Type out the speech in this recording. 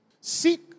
Seek